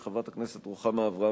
של חברת הכנסת רוחמה אברהם-בלילא,